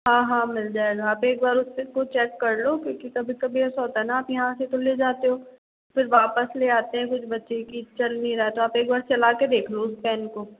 हाँ हाँ मिल जाएगा आप एक बार उस चीज को चेक कर लो क्योंकि कभी कभी ऐसा होता है ना आप यहाँ से तो ले जाते हो फिर वापस ले आते हैं कुछ बच्चे की चल नहीं रहा है तो आप एक बार चला के देख लो पेन को